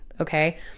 okay